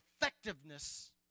effectiveness